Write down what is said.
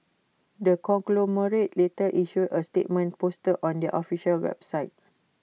the conglomerate later issued A statement posted on their official website